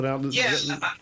Yes